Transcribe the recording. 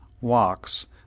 walks